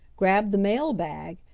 grabbed the mail bag,